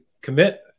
commit